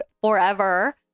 forever